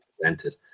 presented